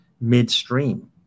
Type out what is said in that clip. midstream